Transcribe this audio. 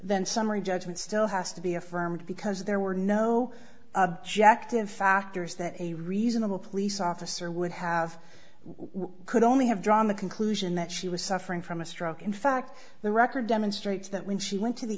then summary judgment still has to be affirmed because there were no objective factors that a reasonable police officer would have could only have drawn the conclusion that she was suffering from a stroke in fact the record demonstrates that when she went to the